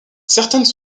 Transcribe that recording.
certaines